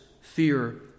fear